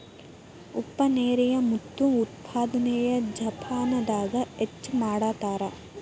ಉಪ್ಪ ನೇರಿನ ಮುತ್ತು ಉತ್ಪಾದನೆನ ಜಪಾನದಾಗ ಹೆಚ್ಚ ಮಾಡತಾರ